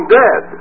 dead